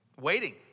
Waiting